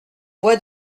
bois